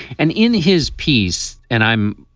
and in his piece and i'm